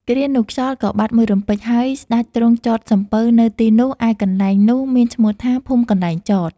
គ្រានោះខ្យល់ក៏បាត់មួយរំពេច ហើយស្តេចទ្រង់ចតសំពៅនៅទីនោះ ឯកន្លែងនោះមានឈ្មោះថា ភូមិកន្លែងចត។